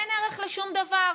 אין ערך לשום דבר.